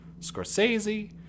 Scorsese